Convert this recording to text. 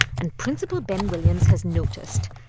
and principal ben williams has noticed.